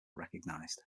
recognized